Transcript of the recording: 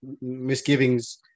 misgivings